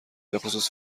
بخصوص